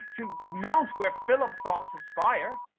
to mount where philip thoughts aspire.